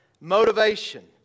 Motivation